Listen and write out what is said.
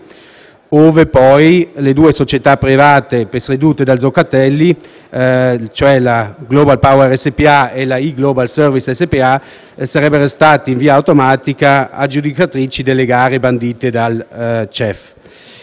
ove poi le due società private presiedute da Zoccatelli, la Global Power SpA e la E-Global Service SpA, sarebbero state, in via automatica, aggiudicatrici delle gare bandite dal CEV.